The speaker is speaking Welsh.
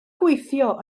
gweithio